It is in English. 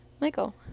Michael